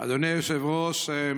אדוני היושב-ראש,